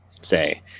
say